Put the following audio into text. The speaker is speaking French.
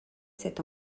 cet